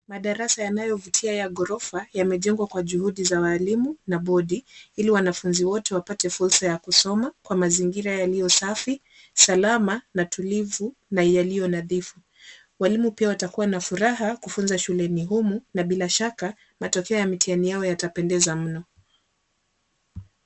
Madarasa yanayovutia ya ghorofa yamejengwa kwa juhudi za walimu na bodi ili wanafunzi wote wapate fursa ya kusoma kwa mazingira yaliyo safi, salama na tulivu na yaliyo nadhifu. Walimu pia watakuwa na furaha kufunza shuleni humu na bila shaka matokeo ya mtihani yao yatapendeza mno.